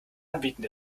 anbieten